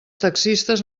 taxistes